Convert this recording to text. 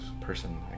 person